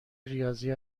ریاضی